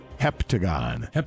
Heptagon